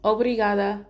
Obrigada